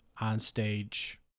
on-stage